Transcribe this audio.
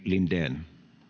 linden